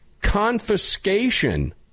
Confiscation